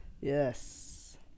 Yes